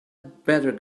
better